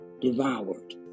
devoured